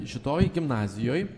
šitoj gimnazijoj